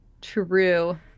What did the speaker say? true